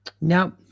Now